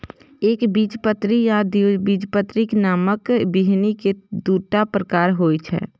एकबीजपत्री आ द्विबीजपत्री नामक बीहनि के दूटा प्रकार होइ छै